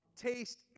taste